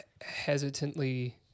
hesitantly